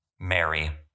Mary